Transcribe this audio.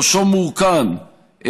ראשו מורכן,